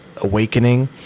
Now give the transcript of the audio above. awakening